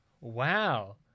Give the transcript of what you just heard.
Wow